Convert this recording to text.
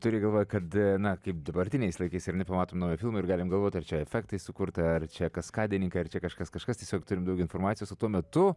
turi galvoj kad na kaip dabartiniais laikais ar ne pamatom naują filmą ir galim galvot ar čia efektais sukurta ar čia kaskadininkai ar čia kažkas kažkas tiesiog turim daug informacijos o tuo metu